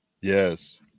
Yes